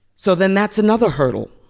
so then that's another hurdle.